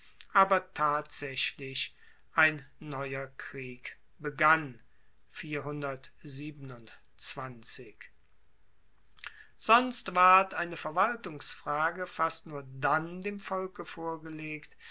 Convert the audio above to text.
aber tatsaechlich ein neuer krieg begann sonst ward eine verwaltungsfrage fast nur dann dem volke vorgelegt